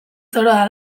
zoroa